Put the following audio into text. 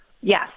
yes